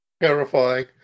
terrifying